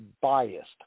biased